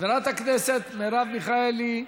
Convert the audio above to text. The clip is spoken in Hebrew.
חברת הכנסת מרב מיכאלי,